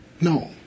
No